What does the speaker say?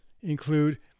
include